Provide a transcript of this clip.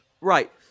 Right